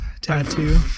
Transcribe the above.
tattoo